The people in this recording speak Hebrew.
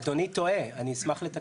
אדוני טועה, אני אשמח לתקן אותו.